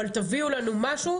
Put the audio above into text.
אבל תביאו לנו משהו,